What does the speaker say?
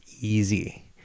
easy